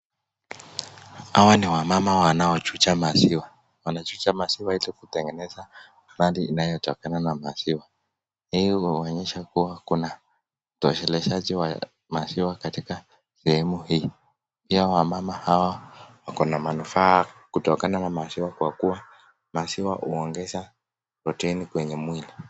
Hawa ni wamama wanaochuja maziwa ,wanachuja maziwa ili kutengeneza mradi inayotokana na maziwa. Hii huonyesha kuwa kuna utosheleshaji wa maziwa katika sehemu hii ,pia wamama hawa wako na manufaa kutokana na maziwa kwa kuwa maziwa huongeza proteini kwenye mwili.